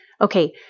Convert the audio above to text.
Okay